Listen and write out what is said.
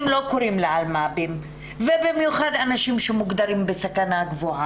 לא קורים לאלמ"בים ובמיוחד אנשים שמוגדרים בסכנה גבוהה,